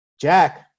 Jack